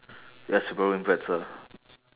ya subaru impreza